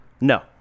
No